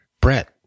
Brett